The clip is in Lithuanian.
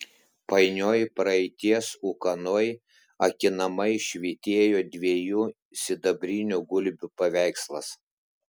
painioj praeities ūkanoj akinamai švytėjo dviejų sidabrinių gulbių paveikslas